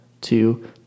two